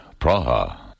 Praha